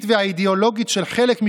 תמחקי את שם המשפחה של הגרוש שלך.